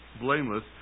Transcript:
blameless